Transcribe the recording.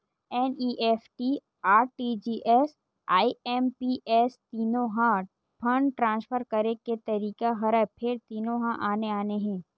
NEFT, RTGS, IMPS तीनो ह fund transfer करे के तरीका हरय फेर तीनो ह आने आने हे